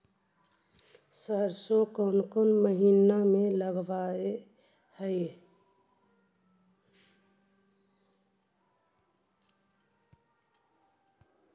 सरसों कोन महिना में लग है?